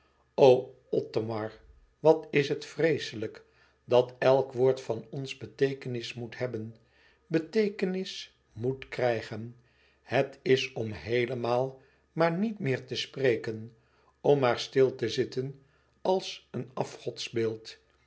othomar wat is het vreeslijk dat elk woord van ons beteekenis moet hebben beteekenis met krijgen het is om heelemaal maar niet meer te spreken om maar stil te zitten als een